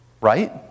right